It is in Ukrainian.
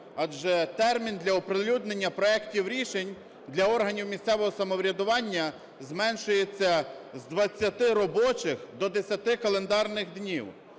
Адже термін для оприлюднення проектів рішень для органів місцевого самоврядування зменшується з 20 робочих до 10 календарних днів,